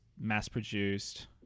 mass-produced